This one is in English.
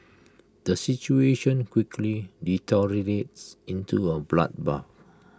the situation quickly deteriorates into A bloodbath